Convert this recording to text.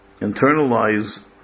internalize